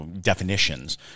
definitions